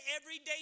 everyday